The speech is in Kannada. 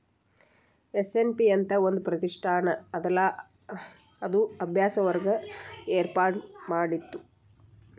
ಎಸ್.ಎನ್.ಪಿ ಅಂತ್ ಒಂದ್ ಪ್ರತಿಷ್ಠಾನ ಅದಲಾ ಅದು ಅಭ್ಯಾಸ ವರ್ಗ ಏರ್ಪಾಡ್ಮಾಡಿತ್ತು